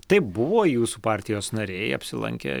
taip buvo jūsų partijos nariai apsilankę